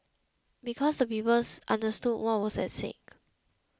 because the people understood what was at stake